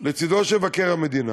לצדו של מבקר המדינה.